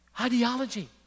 Ideology